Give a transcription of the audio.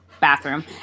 bathroom